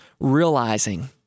realizing